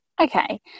Okay